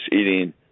eating